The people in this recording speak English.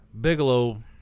Bigelow